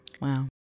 wow